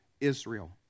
Israel